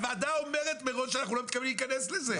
הוועדה אומרת מראש שנציגיה לא מתכוונים להיכנס לזה.